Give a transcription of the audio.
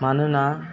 मानोना